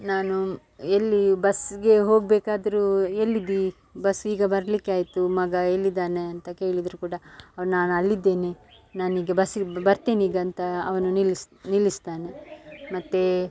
ನಾನು ಎಲ್ಲಿ ಬಸ್ಸಿಗೆ ಹೋಗಬೇಕಾದ್ರು ಎಲ್ಲಿದ್ದಿ ಬಸ್ ಈಗ ಬರಲಿಕ್ಕೆ ಆಯಿತು ಮಗ ಎಲ್ಲಿದ್ದಾನೆ ಅಂತ ಕೇಳಿದ್ರೂ ಕೂಡ ಅವ್ನು ನಾನು ಅಲ್ಲಿದ್ದೇನೆ ನಾನೀಗ ಬಸ್ಸಿಗೆ ಬರ್ತೆನೀಗ ಅಂತ ಅವನು ನಿಲ್ಲಿಸ್ತಾನೆ ಮತ್ತು